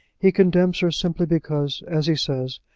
he condemns her simply because, as he says,